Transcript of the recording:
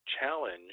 challenge